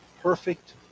perfect